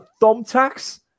thumbtacks